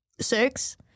six